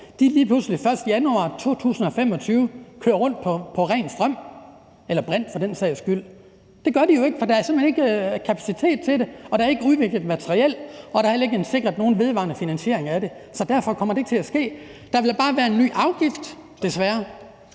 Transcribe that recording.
lige pludselig den 1. januar 2025 kører rundt på ren strøm eller brint, for den sags skyld. Det gør de jo ikke, for der er simpelt hen ikke kapacitet til det, og der er ikke udviklet materiel, og der er heller ikke sikret nogen vedvarende finansiering af det. Så derfor kommer det ikke til at ske. Der vil bare være en ny afgift, desværre.